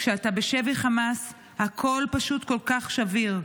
כשאתה בשבי חמאס הכול פשוט כל כך שביר,